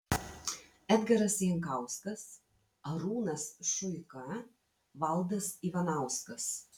edgaras jankauskas arūnas šuika valdas ivanauskas